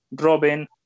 Robin